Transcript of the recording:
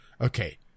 okay